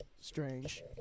strange